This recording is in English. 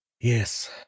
Yes